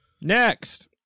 next